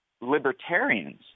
libertarians